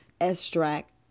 extract